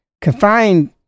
confined